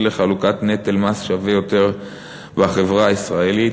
לחלוקת נטל מס שווה יותר בחברה הישראלית.